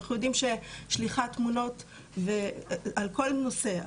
אנחנו יודעים ששליחת תמונות על כל נושא,